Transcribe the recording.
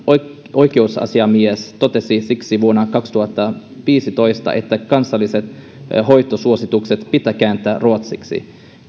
oikeusasiamies totesi siksi vuonna kaksituhattaviisitoista että kansalliset hoitosuositukset pitää kääntää ruotsiksi